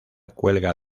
cuelga